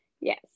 Yes